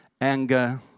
anger